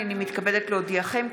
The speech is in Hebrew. הינני מתכבדת להודיעכם,